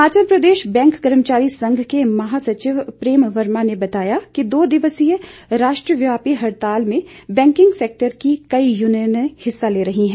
Himachal Pradesh bank कर्मचारी संघ के महासचिव प्रेम वर्मा ने बताया कि दो दिवसीय राष्ट्रव्यापी हड़ताल में बैंकिंग सैक्टर की कई यूनियने हिस्सा ले रही हैं